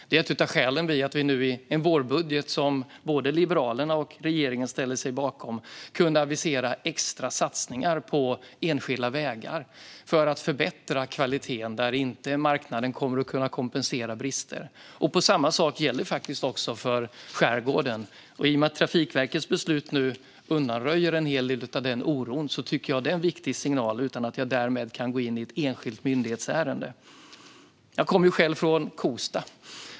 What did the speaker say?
Det är ett av skälen till att vi i den vårbudget som både Liberalerna och regeringen ställer sig bakom kunde avisera extra satsningar på enskilda vägar för att förbättra kvaliteten där inte marknaden kommer att kunna kompensera för bristerna. Samma sak gäller också för skärgården. Att Trafikverkets beslut nu undanröjer en hel del av oron tycker jag är en viktig signal, utan att jag därmed kan gå in i ett enskilt myndighetsärende. Jag kommer själv från Kosta.